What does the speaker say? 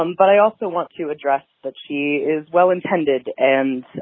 um but i also want to address that she is well intended and